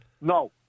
No